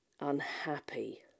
unhappy